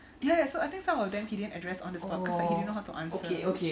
ya ya I think some of them he didn't address on the spot cause he didn't know how to answer